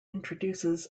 introduces